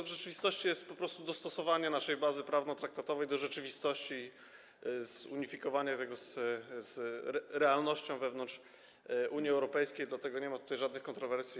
W rzeczywistości jest to po prostu dostosowanie naszej bazy prawno-traktatowej do rzeczywistości, zunifikowanie tego z realnością wewnątrz Unii Europejskiej, dlatego nie ma tutaj żadnych kontrowersji.